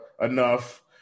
enough